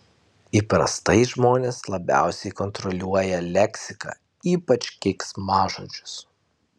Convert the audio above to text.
įprastai žmonės labiausiai kontroliuoja leksiką ypač keiksmažodžius